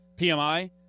PMI